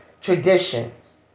Traditions